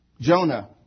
Jonah